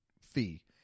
fee